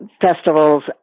festivals